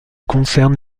concerne